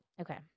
Okay